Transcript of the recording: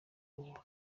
ubuntu